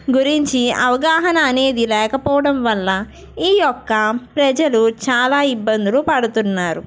గురించి అవగాహన అనేది లేకపోవడం వల్ల ఈయొక్క ప్రజలు చాలా ఇబ్బందులు పడుతున్నారు